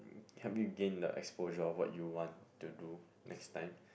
help me gain the exposure of what you want to do next time